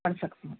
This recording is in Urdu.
پڑھ سکتی ہوں